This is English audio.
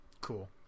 Cool